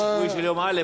מנוחה שבועי של יום א'.